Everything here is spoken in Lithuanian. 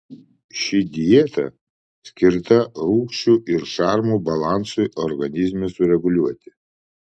ši dieta skirta rūgščių ir šarmų balansui organizme sureguliuoti